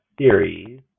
series